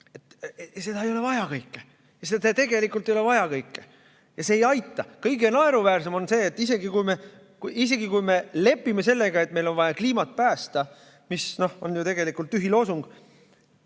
kõike ei ole vaja! Seda tegelikult ei ole vaja ja see ei aita. Kõige naeruväärsem on see, et isegi kui me lepime sellega, et meil on vaja kliimat päästa, mis on ju tegelikult tühi loosung,